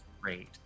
Great